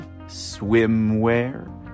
swimwear